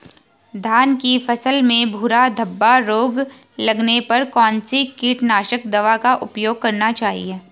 धान की फसल में भूरा धब्बा रोग लगने पर कौन सी कीटनाशक दवा का उपयोग करना चाहिए?